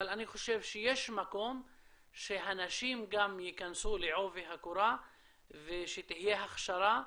אבל אני חושב שיש מקום שהנשים גם ייכנסו לעובי הקורה ושתהיה הכשרה.